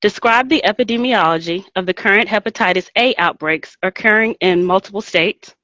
describe the epidemiology of the current hepatitis a outbreaks occurring in multiple states.